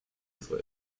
for